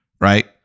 Right